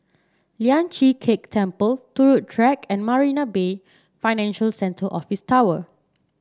Lian Chee Kek Temple Turut Track and Marina Bay Financial Centre Office Tower